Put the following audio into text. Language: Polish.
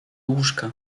łóżka